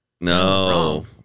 No